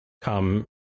come